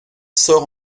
sort